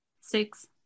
six